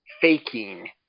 faking